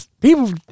People